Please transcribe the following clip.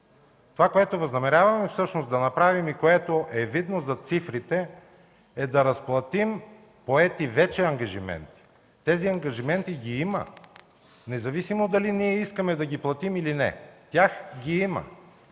Това, което възнамеряваме всъщност да направим и което е видно зад цифрите е да разплатим поетите вече ангажименти. Тези ангажименти ги има, независимо дали искаме да ги платим или не. Тях ги има.